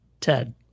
Ted